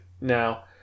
Now